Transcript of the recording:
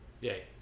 Yay